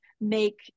make